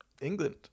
England